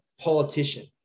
politician